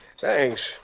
Thanks